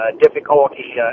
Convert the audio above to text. difficulty